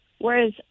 whereas